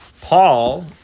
Paul